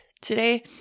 today